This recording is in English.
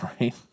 Right